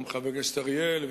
גם חבר הכנסת אריאל,